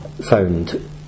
Found